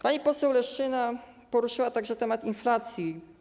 Pani poseł Leszczyna poruszyła także temat inflacji.